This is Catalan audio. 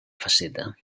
faceta